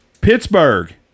Pittsburgh